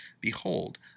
Behold